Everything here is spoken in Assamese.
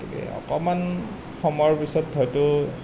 গতিকে অকণমান সময়ৰ পিছত হয়টো